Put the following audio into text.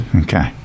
Okay